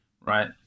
Right